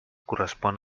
correspon